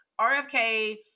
RFK